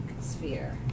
sphere